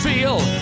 feel